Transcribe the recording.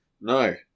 No